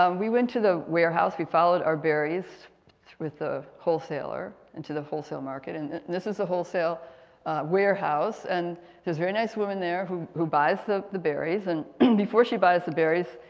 um we went to the warehouse, we followed our berries with the wholesaler into the wholesale market. and this is the wholesale warehouse and there's very nice women there who who buys the the berries. and before she buys the berries,